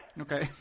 Okay